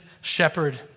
shepherd